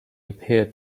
appeared